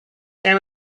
there